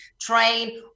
train